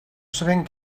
sabent